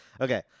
Okay